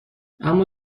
اما